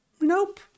nope